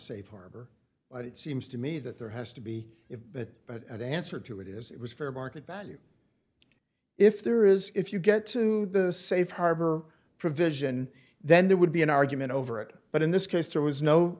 safe harbor but it seems to me that there has to be if that but answer to it is it was fair market value if there is if you get to the safe harbor provision then there would be an argument over it but in this case there was no